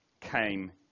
came